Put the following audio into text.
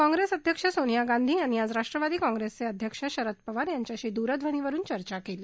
काँग्रेस अध्यक्ष सोनिया गांधी यांनी आज राष्ट्रवादी काँप्रेसचे अध्यक्ष शरद पवार यांच्याशी दूरध्वनीवरुन चर्चा केली